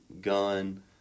gun